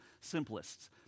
simplest